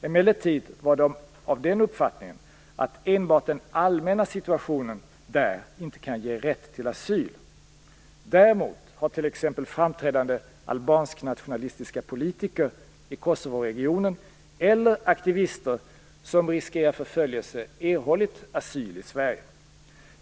Emellertid var de av den uppfattningen att enbart den allmänna situationen där inte kan ge rätt till asyl. Däremot har t.ex. framträdande albansknationalistiska politiker i Kosovoregionen eller aktivister som riskerar förföljelse erhållit asyl i Sverige.